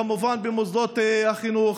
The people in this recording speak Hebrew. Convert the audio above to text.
כמובן במוסדות החינוך.